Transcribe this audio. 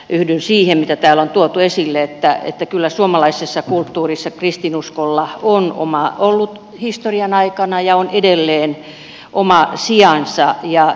yhdyn siihen mitä täällä on tuotu esille että kyllä suomalaisessa kulttuurissa kristinuskolla on ollut historian aikana ja on edelleen oma sijansa